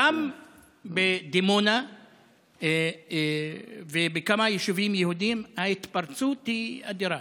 גם בדימונה ובכמה יישובים יהודיים ההתפרצות היא אדירה.